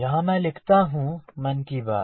यहाँ मैं लिखता हूँ मन की बात